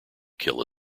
kill